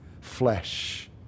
flesh